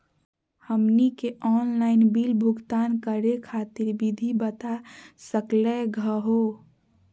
हमनी के online bill भुगतान करे खातीर विधि बता सकलघ हो?